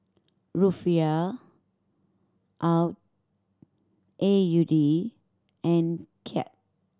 Rufiyaa A U D and Kyat